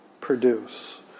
produce